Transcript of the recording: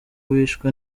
bishwe